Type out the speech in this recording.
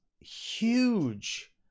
huge